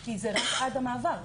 כי זה רק עד המעבר.